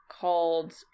called